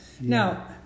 Now